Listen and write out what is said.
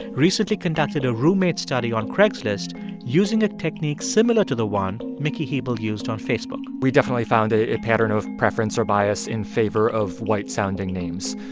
recently conducted a roommate study on craigslist using a technique similar to the one mikki hebl used on facebook we definitely found a pattern of preference or bias in favor of white-sounding names.